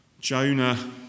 Jonah